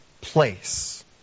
place